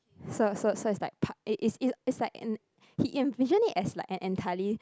so so so it's like part it's it's it's it's like an he envisioned it as like an entirely